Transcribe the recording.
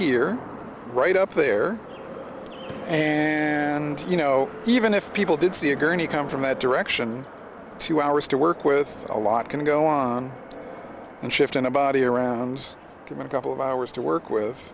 here right up there and you know even if people did see a gurney come from that direction two hours to work with a lot going to go on and shift in a body arounds him a couple of hours to work with